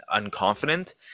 unconfident